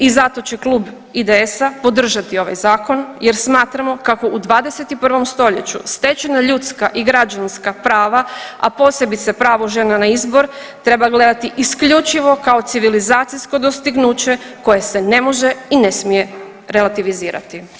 I zato će Klub IDS-a podržati ovaj Zakon jer smatramo kako 21. st. stečena ljudska i građanska prava, a posebice pravo žena na izbor treba gledati isključivo kao civilizacijsko dostignuće koje se ne može i ne smije relativizirati.